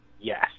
Yes